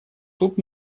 тут